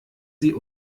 sie